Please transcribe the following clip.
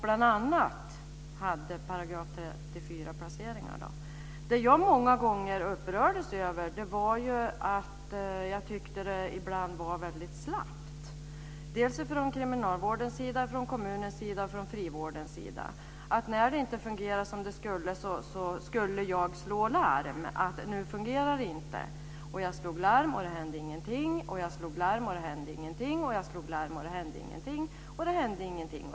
Bl.a. hade jag då § 34-placeringar. Det som jag många gånger upprördes över var att jag tyckte att det ibland var väldigt slappt. Det var slappt både från kriminalvårdens sida, från kommunens sida och från frivårdens sida. När det inte fungerade som det skulle så skulle jag slå larm om det. Jag slog larm, och det hände ingenting, jag slog larm, och det hände ingenting och jag slog larm, och det hände ingenting! Det hände ingenting!